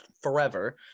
forever